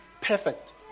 perfect